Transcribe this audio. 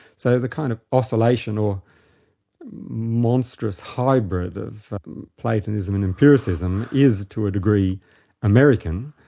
so the kind of oscillation or monstrous hybrid of platonism and empiricism is to a degree american,